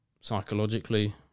psychologically